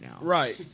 right